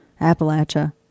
Appalachia